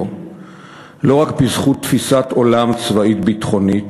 לא רק בזכות תפיסת עולם צבאית-ביטחונית